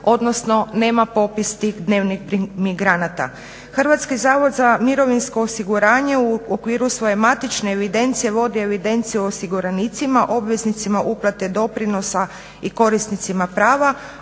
odnosno nema popis tih dnevnih migranata. HZMO u okviru svoje matične evidencije vodi evidenciju osiguranicima, obveznicima uplate doprinosa i korisnicima prava